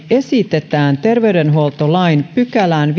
esitetään terveydenhuoltolain viidenteenkymmenenteenensimmäiseen pykälään